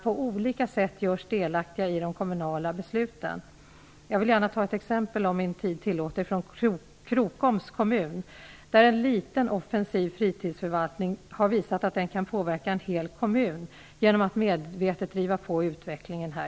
På olika sätt görs ungdomar delaktiga i de kommunala besluten. Jag vill gärna ta ett exempel från Krokoms kommun, där en liten offensiv fritidsförvaltning har visat att den kan påverka en hel kommun genom att medvetet driva på utvecklingen.